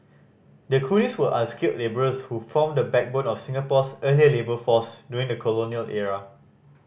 the coolies were unskilled labourers who formed the backbone of Singapore's earlier labour force during the colonial era